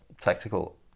tactical